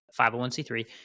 501c3